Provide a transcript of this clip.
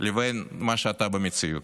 לבין מה שאתה במציאות.